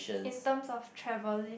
in terms of travelling